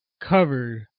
covered